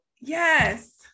yes